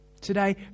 Today